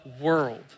world